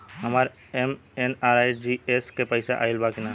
हमार एम.एन.आर.ई.जी.ए के पैसा आइल बा कि ना?